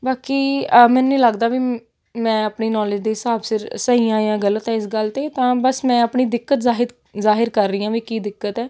ਬਾਕੀ ਮੈਨੂੰ ਨਹੀਂ ਲੱਗਦਾ ਵੀ ਮੈਂ ਆਪਣੀ ਨੌਲੇਜ ਦੇ ਹਿਸਾਬ ਸਿਰ ਸਹੀ ਆ ਜਾਂ ਗਲਤ ਹੈ ਇਸ ਗੱਲ 'ਤੇ ਤਾਂ ਬਸ ਮੈਂ ਆਪਣੀ ਦਿੱਕਤ ਜਾ ਜ਼ਾਹਿਰ ਕਰ ਰਹੀ ਹਾਂ ਵੀ ਕੀ ਦਿੱਕਤ ਹੈ